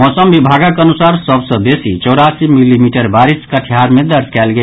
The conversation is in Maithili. मौमस विभागक अनुसार सभ सँ बेसी चौरासी मिलीमीटर बारिश कटिहार मे दर्ज कयल गेल